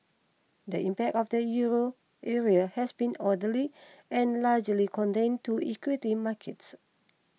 the impact of the Euro area has been orderly and largely contained to equity markets